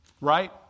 Right